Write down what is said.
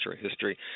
history